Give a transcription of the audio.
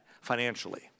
financially